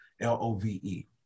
L-O-V-E